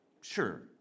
sure